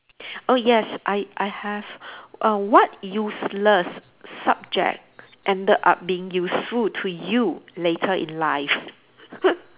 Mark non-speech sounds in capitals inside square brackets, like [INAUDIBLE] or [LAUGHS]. oh yes I I have err what useless subject ended up being useful to you later in life [LAUGHS]